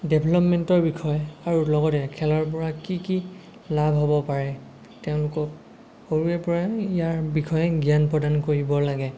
ডেভলপমেন্টৰ বিষয়ে আৰু লগতে খেলাৰ পৰা কি কি লাভ হ'ব পাৰে তেওঁলোকক সৰুৰে পৰাই ইয়াৰ বিষয়ে জ্ঞান প্ৰদান কৰিব লাগে